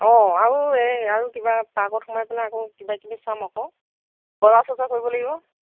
অঁ আৰু এই আৰু কিবা পাৰ্কত সোমাই পেলাই আকৌ কিবা কিবি চাম আকৌ বজাৰ চজাৰ কৰিব লাগিব